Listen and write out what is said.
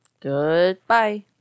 Goodbye